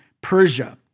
Persia